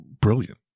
Brilliant